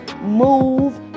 move